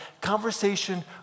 Conversation